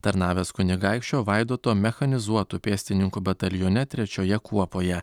tarnavęs kunigaikščio vaidoto mechanizuotų pėstininkų batalione trečioje kuopoje